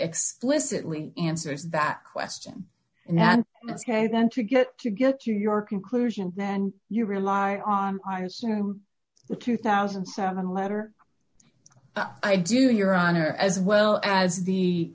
explicitly answers that question now and then to get to get you your conclusion then you rely on i assume the two thousand and seven letter i do your honor as well as the